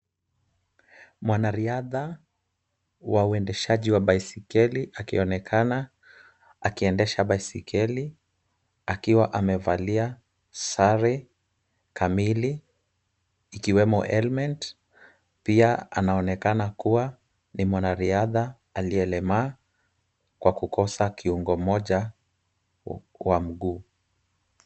Mwanariadha wa uendeshaji wa baiskeli, akionekana akiendesha baiskeli, akiwa amevalia sare kamili ikiwemo helmet . Pia anaonekana kuwa ni mwanariadha aliyelemaa, kwa kukosa kiungo moja kwa mguu.